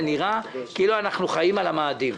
זה נראה כאילו אנחנו חיים על המאדים.